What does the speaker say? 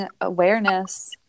awareness